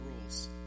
rules